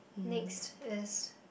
next is